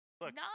Look